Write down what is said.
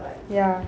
ya